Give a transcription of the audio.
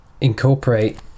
incorporate